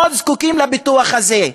זקוקים מאוד לפיתוח הזה.